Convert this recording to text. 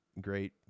great